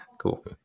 cool